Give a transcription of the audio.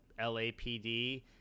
LAPD